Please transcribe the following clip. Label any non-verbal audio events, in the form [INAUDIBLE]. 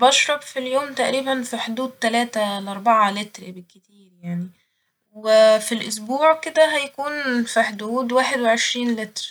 بشرب في اليوم تقريبا في حدود تلاتة لأربعة لتر بالكتير يعني و [HESITATION] في الأسبوع كده هيكون في حدود واحد وعشرين لتر